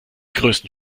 größten